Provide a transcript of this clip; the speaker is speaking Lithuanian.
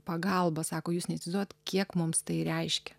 pagalba sako jūs neįsivaizduojat kiek mums tai reiškia